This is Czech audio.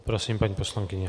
Prosím, paní poslankyně.